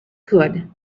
could